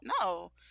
No